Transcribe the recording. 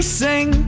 sing